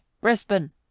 Brisbane